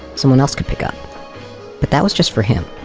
someone else could pick up. but that was just for him.